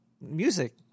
music